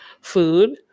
food